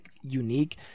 unique